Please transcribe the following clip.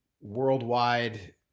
worldwide